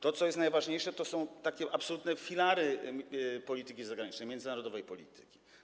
To, co jest najważniejsze, to są takie absolutne filary polityki zagranicznej, międzynarodowej polityki.